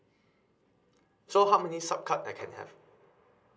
so how many sub card I can have